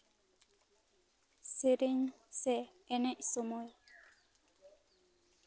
ᱥᱮᱨᱮᱧ ᱥᱮ ᱮᱱᱮᱡ ᱥᱚᱢᱚᱭ